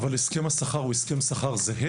הסכם השכר זהה?